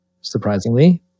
surprisingly